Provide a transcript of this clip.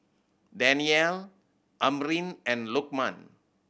Danial Amrin and Lokman